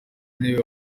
w’intebe